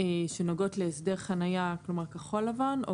שנוגעות להסדר חניה כלומר כחול לבן או